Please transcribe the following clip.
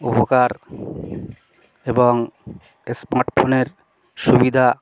উপকার এবং স্মার্ট ফোনের সুবিধা